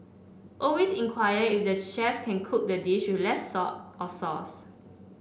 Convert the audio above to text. always inquire if the chef can cook the dish with less salt or sauce